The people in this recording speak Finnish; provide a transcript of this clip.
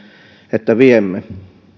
että viemme